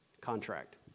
Contract